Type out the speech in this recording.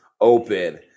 open